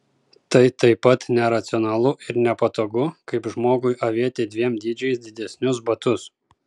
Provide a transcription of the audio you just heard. tai taip pat neracionalu ir nepatogu kaip žmogui avėti dviem dydžiais didesnius batus